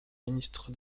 ministre